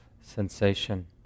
sensation